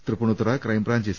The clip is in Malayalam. Tripunithura crime branch S